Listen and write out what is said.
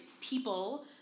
people